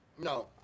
No